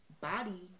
body